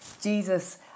Jesus